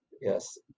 Yes